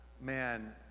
man